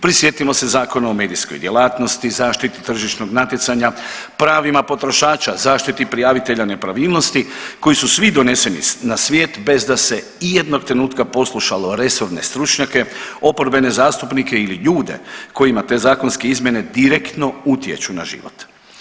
Prisjetimo se Zakona o medijskoj djelatnosti, Zaštiti tržišnog natjecanja, pravima potrošača, zaštiti prijavitelja nepravilnosti koji su svi doneseni na svijet bez da se ijednog trenutka poslušalo resorne stručnjake, oporbene zastupnike ili ljude kojima te zakonske izmjene direktno utječu na život.